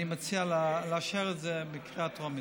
ואני מציע לאשר את זה בקריאה טרומית.